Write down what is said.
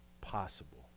possible